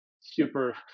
super